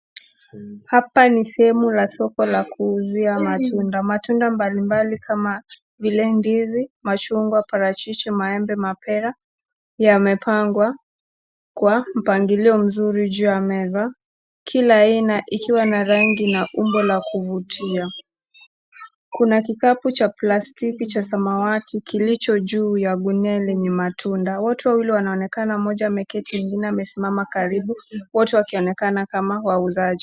Hapa ni sehemu la soko la kuuzia matunda. Matunda mbalimbali kama vile ndizi, machungwa, parachichi, maembe, mapera, yamepangwa kwa mpangilio mzuri juu ya meza. Kila aina ikiwa na rangi na umbo la kuvutia. Kuna kikapu cha plastiki cha samawati kilicho juu ya gunia lenye matunda. Wote wawili wanaonekana, mmoja ameketi mwingine amesimama karibu, wote wakionekana kama wauzaji.